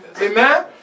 Amen